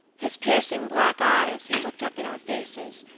his piercing black eye, as he looked up in our faces,